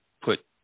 put